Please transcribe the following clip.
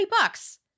bucks